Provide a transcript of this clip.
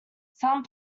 some